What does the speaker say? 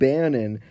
Bannon